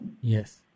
Yes